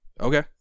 Okay